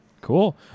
Cool